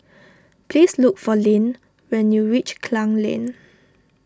please look for Leeann when you reach Klang Lane